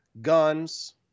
guns